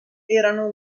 erano